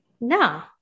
No